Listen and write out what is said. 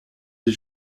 des